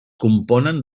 componen